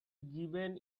given